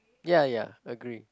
ya ya agree